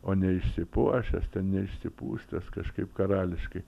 o ne išsipuošęs ten neišsipustęs kažkaip karališkai